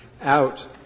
out